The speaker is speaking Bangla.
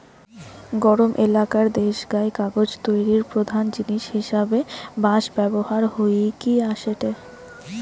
গরম এলাকার দেশগায় কাগজ তৈরির প্রধান জিনিস হিসাবে বাঁশ ব্যবহার হইকি আসেটে